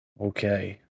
Okay